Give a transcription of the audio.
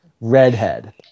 Redhead